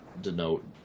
denote